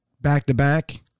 back-to-back